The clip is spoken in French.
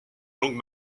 longue